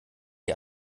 die